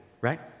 right